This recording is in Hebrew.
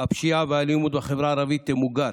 "הפשיעה והאלימות בחברה הערבית" ימוגר.